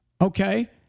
okay